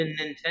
Nintendo